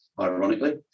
ironically